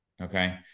okay